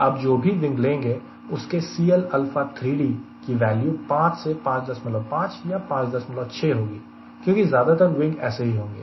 आप जो भी विंग लेंगे उसके C की वैल्यू 5 से 55 या 56 होगी क्योंकि ज्यादातर विंग ऐसे ही होंगे